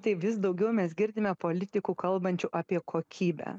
tai vis daugiau mes girdime politikų kalbančių apie kokybę